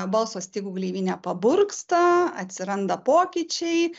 balso stygų gleivinė paburksta atsiranda pokyčiai